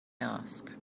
ask